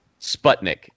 Sputnik